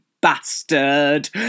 Bastard